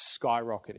skyrocketing